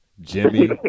Jimmy